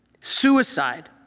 Suicide